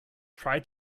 try